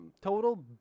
total